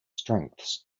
strengths